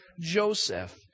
Joseph